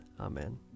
Amen